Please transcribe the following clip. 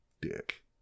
dick